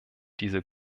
diese